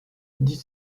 dix